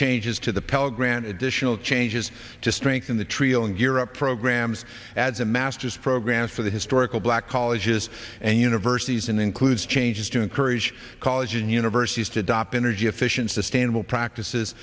changes to the pell grant additional changes to strengthen the trio and gear up programs as a master's programs for the historical black colleges and universities in includes changes to encourage colleges and universities to adopt energy efficient